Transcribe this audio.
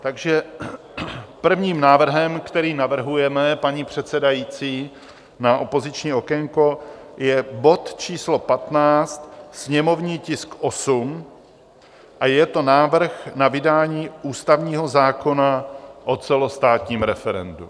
Takže prvním návrhem, který navrhujeme, paní předsedající, na opoziční okénko je bod číslo 15, sněmovní tisk 8, a je to návrh na vydání ústavního zákona o celostátním referendu.